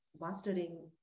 Mastering